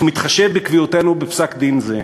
אך מתחשב בקביעותינו בפסק-דין זה.